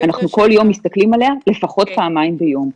אנחנו כל יום מסתכלים עליה לפחות פעמיים ביום.